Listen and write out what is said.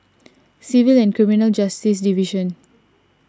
Civil and Criminal Justice Division